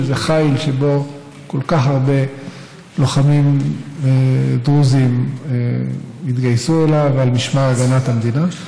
שזה חיל שכל כך הרבה לוחמים דרוזים התגייסו אליו ולמשמר הגנת המדינה.